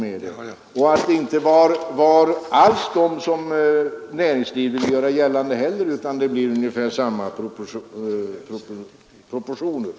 Kostnaderna var inte heller sådana som näringslivet vill göra gällande, utan det blir ungefär samma proportioner.